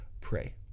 pray